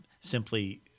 simply